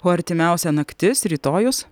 o artimiausia naktis rytojus